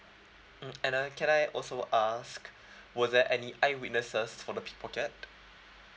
mm and uh can I also ask were there any eyewitnesses for the pickpocket